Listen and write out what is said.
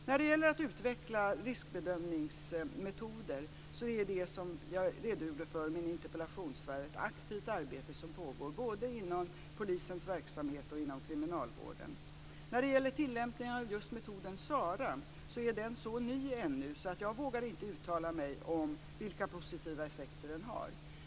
När det gäller att utveckla riskbedömningsmetoder pågår det, som jag redogjorde för i mitt interpellationssvar, ett aktivt arbete, både inom polisens verksamhet och inom kriminalvården. Tillämpningen av just metoden SARA är så ny ännu att jag inte vågar uttala mig om vilka positiva effekter den har.